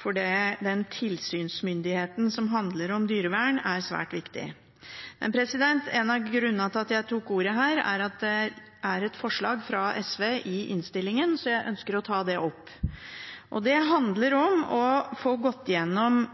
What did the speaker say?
for den tilsynsmyndigheten som handler om dyrevern, er svært viktig. En av grunnene til at jeg tok ordet, er et forslag fra SV i innstillingen. Jeg ønsker å ta det opp. Det handler om å få